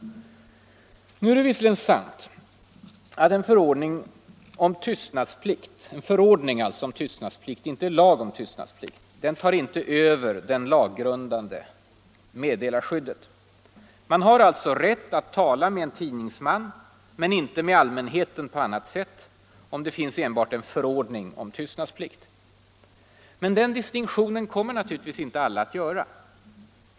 Det är visserligen sant att en förordning om tystnadsplikt — alltså i motsats till en lag om tystnadsplikt — inte tar över det laggrundade meddelarskyddet. Man har alltså rätt att tala med en tidningsman, men inte med allmänheten på annat sätt, om det finns enbart en förordning om tystnadsplikt. Men den distinktionen kommer naturligtvis inte alla att göra.